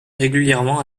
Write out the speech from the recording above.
régulièrement